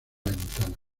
ventana